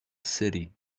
city